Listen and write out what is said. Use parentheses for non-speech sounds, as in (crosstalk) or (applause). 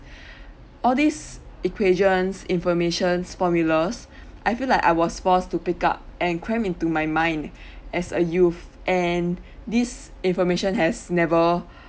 (breath) all these equations informations formulas (breath) I feel like I was forced to pick up and cram into my mind (breath) as a youth and this information has never (breath)